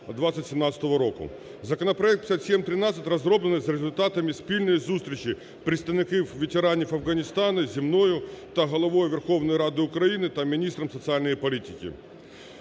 Законопроект 5713 розроблений за результатами спільної зустрічі представників ветеранів Афганістану зі мною та Головою Верховної Ради України, та міністром соціальної політики.